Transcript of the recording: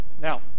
now